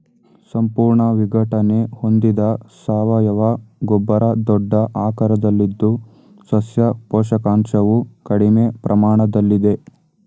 ಸಂಪೂರ್ಣ ವಿಘಟನೆ ಹೊಂದಿದ ಸಾವಯವ ಗೊಬ್ಬರ ದೊಡ್ಡ ಆಕಾರದಲ್ಲಿದ್ದು ಸಸ್ಯ ಪೋಷಕಾಂಶವು ಕಡಿಮೆ ಪ್ರಮಾಣದಲ್ಲಿದೆ